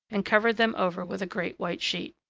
and covered them over with a great white sheet.